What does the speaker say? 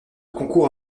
concours